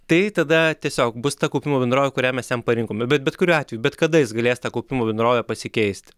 tai tada tiesiog bus ta kaupimo bendrovė kurią mes jam parinkome bet bet kuriuo atveju bet kada jis galės tą kaupimo bendrovę pasikeist